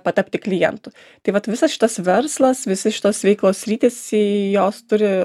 patapti klientu tai vat visas šitas verslas visi šitos veiklos sritys į jos turi